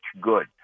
good